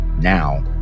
Now